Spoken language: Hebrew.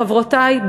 חברותי,